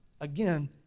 Again